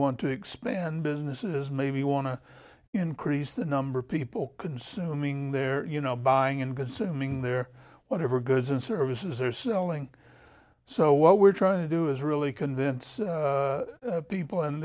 want to expand businesses maybe want to increase the number of people consuming their you know buying and consuming their whatever goods and services are selling so what we're trying to do is really convince people and